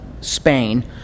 Spain